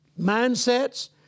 mindsets